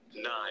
Nine